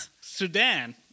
Sudan